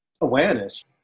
awareness